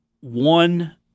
one